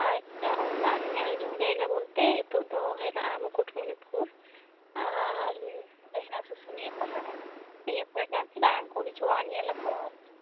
ᱟᱪᱪᱷᱟ ᱚᱱᱠᱟᱱ ᱧᱮᱞ ᱡᱚᱝ ᱡᱟᱭᱜᱟ ᱵᱚᱞᱛᱮ ᱱᱤᱛᱳᱜ ᱫᱚ ᱦᱮᱱᱟᱜᱼᱟ ᱢᱩᱠᱩᱴᱢᱩᱱᱤᱯᱩᱨ ᱟᱨ ᱱᱚᱰᱮ ᱦᱮᱱᱟᱜᱼᱟ ᱥᱩᱥᱩᱱᱤᱭᱟᱹ ᱯᱟᱦᱟᱲ ᱱᱤᱭᱟᱹ ᱠᱚᱨᱮ ᱜᱮ ᱟᱨᱠᱤ ᱫᱟᱲᱟᱱ ᱠᱚ ᱦᱤᱡᱩᱜᱼᱟ ᱧᱮᱞ ᱟᱠᱚ ᱟᱨᱠᱤ